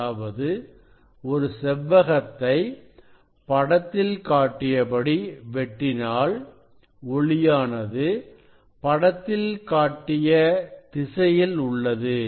அதாவது ஒரு செவ்வகத்தை படத்தில் காட்டியபடி வெட்டினாள் ஒளியானது படத்தில் காட்டிய திசையில் உள்ளது